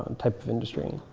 type of industry.